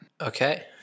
okay